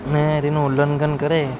ને તેનું ઉલ્લંઘન કરે